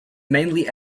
mainly